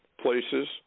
places